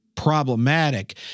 Problematic